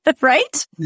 Right